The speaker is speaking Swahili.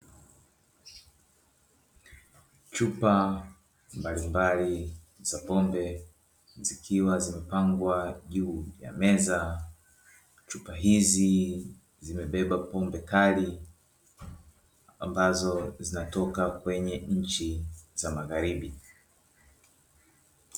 Chupa mbalimbali za pombe zikiwa zimepangwa juu ya meza, chupa hizi zimebeba pombe kali ambazo zinatoka kwenye nchi za magharibi.